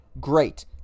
great